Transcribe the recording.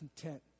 content